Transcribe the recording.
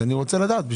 אני רוצה לדעת.